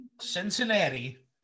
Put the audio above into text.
Cincinnati